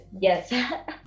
Yes